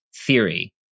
theory